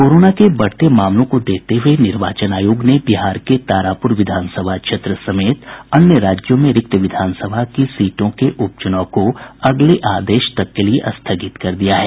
corona के बढ़ते मामलों को देखते हुए निर्वाचन आयोग ने बिहार के तारापुर विधानसभा क्षेत्र समेत अन्य राज्यों में रिक्त विधानसभा की सीटों के उपचुनाव को अगले आदेश तक के लिए स्थगित कर दिया है